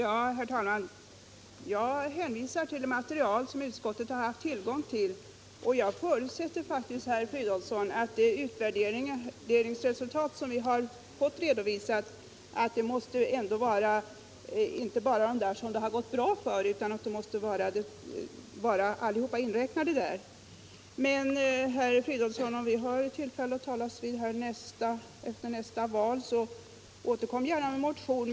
Herr talman! Jag hänvisar till det material som utskottet haft tillgång till. Jag förutsätter faktiskt, herr Fridolfsson, att det utvärderingsresultat som vi fått redovisat inte bara gäller dem som det gått bra för utan att alla är inräknade. Men, herr Fridolfsson, om vi får tillfälle att talas vid efter valet, så återkom gärna med en motion.